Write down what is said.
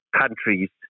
countries